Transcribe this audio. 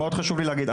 מאוד חשוב לי להגיד,